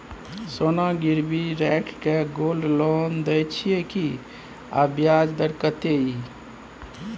सोना गिरवी रैख के गोल्ड लोन दै छियै की, आ ब्याज दर कत्ते इ?